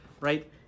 right